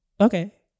okay